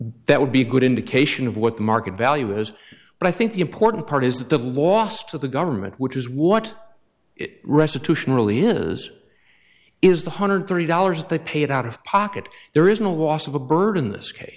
that would be a good indication of what the market value was but i think the important part is that the loss to the government which is what it restitution really is is the hundred three dollars they paid out of pocket there isn't a loss of a bird in this case